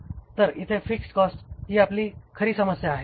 तर इथे fixed cost हि आपली खरी समस्या आहे